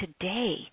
today